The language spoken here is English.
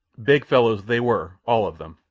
big fellows they were, all of them,